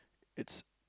it's